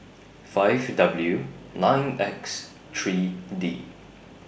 five W nine X three D